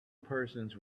persons